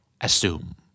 assume